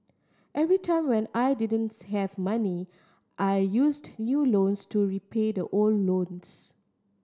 every time when I didn't have money I used new loans to repay thte old loans